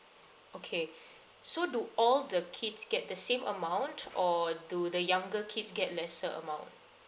okay so do all the kids get the same amount or do the younger kids get lesser amount